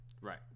Right